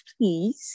please